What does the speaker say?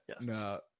no